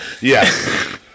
Yes